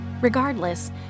Regardless